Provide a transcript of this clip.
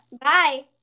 Bye